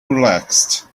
relaxed